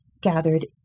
gathered